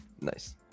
Nice